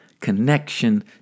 connection